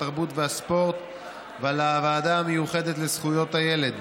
התרבות והספורט ולוועדה המיוחדת לזכויות הילד.